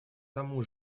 тому